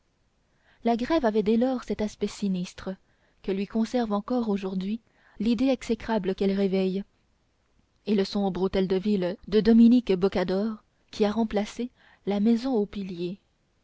la grève avait dès lors cet aspect sinistre que lui conservent encore aujourd'hui l'idée exécrable qu'elle réveille et le sombre hôtel de ville de dominique boccador qui a remplacé la maison aux piliers